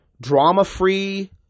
drama-free